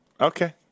Okay